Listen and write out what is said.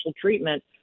treatment